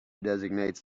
designates